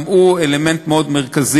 גם הוא אלמנט מאוד מרכזי.